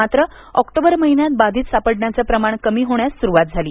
मात्र ऑक्टोबर महिन्यात बाधित सापडण्याचं प्रमाण कमी होण्यास सुरवात झाली